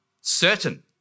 certain